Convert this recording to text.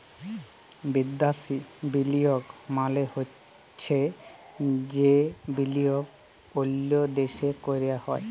বিদ্যাসি বিলিয়গ মালে চ্ছে যে বিলিয়গ অল্য দ্যাশে ক্যরা হ্যয়